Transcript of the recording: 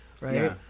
Right